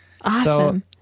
Awesome